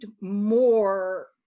more